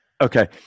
Okay